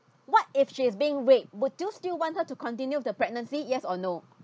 what if she's being rape would you still want her to continue the pregnancy yes or no